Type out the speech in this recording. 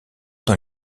dans